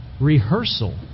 rehearsal